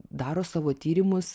daro savo tyrimus